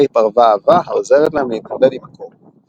פרווה עבה העוזרת להם להתמודד עם הקור.